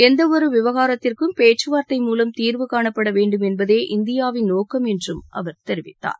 எந்தவொரு விவகாரத்திற்கும் பேச்கவார்த்தை மூலம் தீர்வு காணப்பட வேண்டுமென்பதே இந்தியாவின் நோக்கம் என்றும் அவர் தெரிவித்தார்